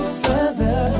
further